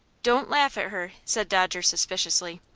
don't laugh at her! said dodger, suspiciously.